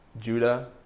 Judah